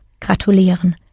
gratulieren